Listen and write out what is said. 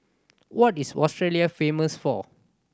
what is Australia famous for